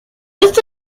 esto